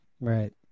Right